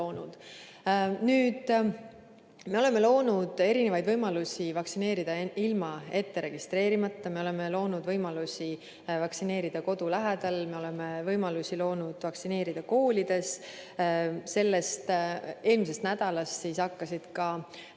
Me oleme loonud erinevaid võimalusi vaktsineerida end ilma ette registreerimata, me oleme loonud võimalusi vaktsineerida kodu lähedal, me oleme loonud võimalusi vaktsineerida koolides. Eelmisest nädalast hakkasid